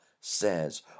says